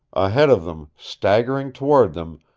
ahead of them, staggering toward them,